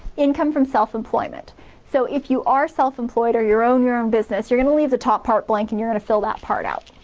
income from self-employment so if you are self-employed or you own your own business you're going to leave the top part blank and you're going to fill that part out.